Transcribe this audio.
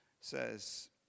says